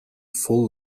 full